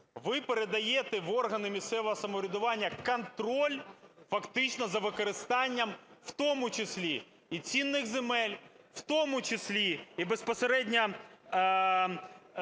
Ви передаєте в органи місцевого самоврядування контроль, фактично, за використанням в тому числі і цінних земель, в тому числі і безпосередньо,